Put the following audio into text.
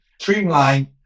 streamline